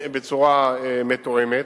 בצורה מתואמת.